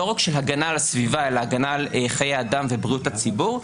לא רק של הגנה על הסביבה אלא הגנה על חיי אדם ובריאות הציבור,